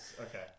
okay